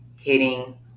hitting